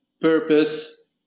purpose